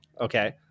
Okay